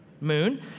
Moon